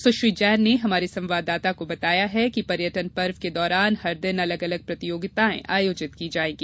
सुश्री जैन ने हमारे संवाददाता को बताया है कि पर्यटन पर्व के दौरान हर दिन अलग अलग प्रतियोगिताएं आयोजित की जायेंगी